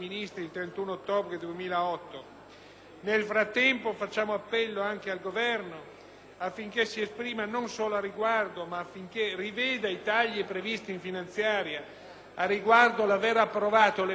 Nel frattempo facciamo appello anche al Governo affinché non solo si esprima ma riveda i tagli previsti in finanziaria. Al riguardo l'aver approvato l'emendamento 1.0.1,